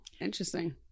interesting